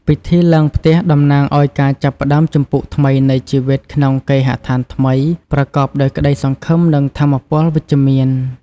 ពិធីឡើងផ្ទះតំណាងឲ្យការចាប់ផ្ដើមជំពូកថ្មីនៃជីវិតក្នុងគេហដ្ឋានថ្មី ប្រកបដោយក្ដីសង្ឃឹម និងថាមពលវិជ្ជមាន។